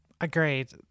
Agreed